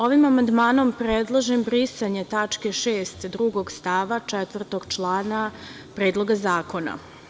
Ovim amandmanom predlažem brisanje tačke 6. drugog stava četvrtog člana Predloga zakona.